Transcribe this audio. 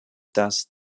dass